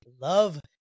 love